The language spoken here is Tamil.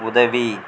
உதவி